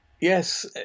Yes